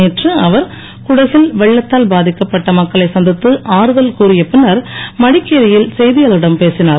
நேற்று அவர் குடகில் வெள்ளத்தால் பாதிக்கப்பட்ட மக்களை சந்தித்து ஆறுதல் கூறிய பின்னர் மடிக்கேரியில் செய்தியாளர்களிடம் பேசினார்